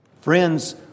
Friends